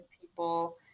people